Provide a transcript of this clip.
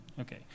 Okay